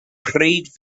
pryd